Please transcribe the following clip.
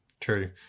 true